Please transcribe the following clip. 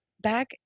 back